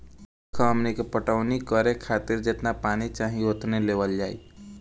देखऽ हमनी के पटवनी करे खातिर जेतना पानी चाही ओतने लेवल जाई